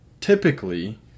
typically